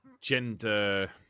gender